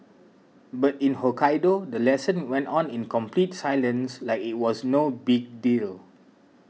but in Hokkaido the lesson went on in complete silence like it was no big deal